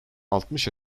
altmış